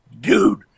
Dude